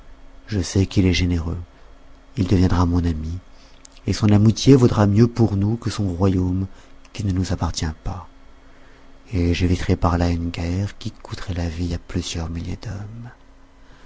je sais qu'il est généreux il deviendra mon ami et son amitié vaudra mieux pour nous que son royaume qui ne nous appartient pas et j'éviterai par là une guerre qui coûterait la vie à plusieurs milliers d'hommes